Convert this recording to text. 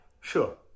sure